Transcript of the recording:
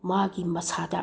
ꯃꯥꯒꯤ ꯃꯁꯥꯗ